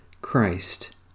Christ